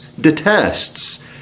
detests